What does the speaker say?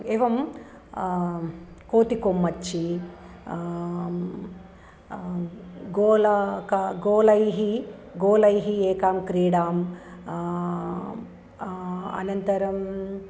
एवं कोतिकोम्मच्चि गोलाका गोलैः गोलैः एकां क्रीडाम् अनन्तरं